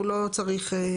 אז הוא לא צריך את,